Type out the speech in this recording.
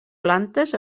plantes